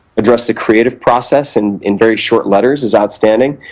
address the creative process and in very short letters is outstanding.